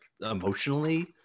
emotionally